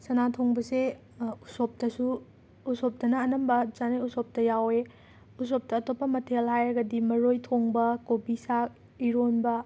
ꯁꯅꯥ ꯊꯣꯡꯕꯁꯦ ꯎꯁꯣꯞꯇꯁꯨ ꯎꯁꯣꯞꯇꯅ ꯑꯅꯝꯕ ꯆꯥꯅꯩ ꯎꯁꯣꯞꯇ ꯌꯥꯎꯋꯦ ꯎꯁꯣꯞꯇ ꯑꯇꯣꯞꯄ ꯃꯊꯦꯜ ꯍꯥꯏꯔꯒꯗꯤ ꯃꯔꯣꯏ ꯊꯣꯡꯕ ꯀꯣꯕꯤ ꯁꯥꯛ ꯏꯔꯣꯟꯕ